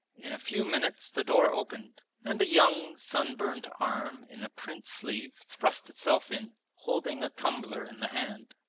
in a few minutes the door opened and a young sunburnt arm in a print sleeve thrust itself in, holding a tumbler in the hand.